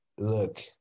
Look